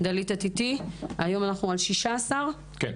דלית, היום אנחנו על 16 מקלטים?